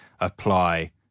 apply